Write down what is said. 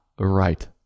right